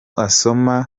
asoma